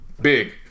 Big